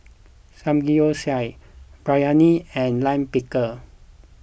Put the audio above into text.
Samgeyopsal Biryani and Lime Pickle